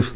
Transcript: F